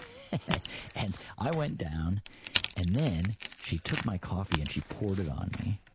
and i went down and then she took my coffee and she poured it on me,